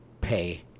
pay